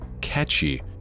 catchy